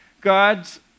God's